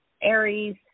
Aries